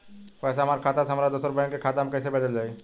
पैसा हमरा खाता से हमारे दोसर बैंक के खाता मे कैसे भेजल जायी?